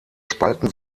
spalten